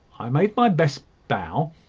i made my best bow,